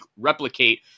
replicate